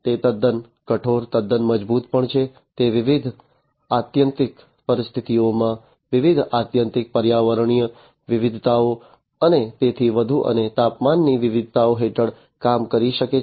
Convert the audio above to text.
તે તદ્દન કઠોર તદ્દન મજબૂત પણ છે તે વિવિધ આત્યંતિક પરિસ્થિતિઓમાં વિવિધ આત્યંતિક પર્યાવરણીય વિવિધતાઓ અને તેથી વધુ અને તાપમાનની વિવિધતાઓ હેઠળ કામ કરી શકે છે